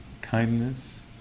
kindness